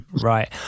right